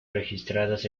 registradas